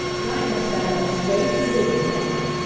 dinah sat up straight and dignified,